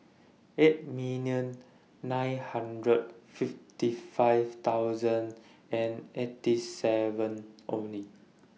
eight million nine hundred and fifty five thousand and eighty seven Only